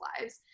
lives